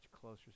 closer